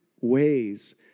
ways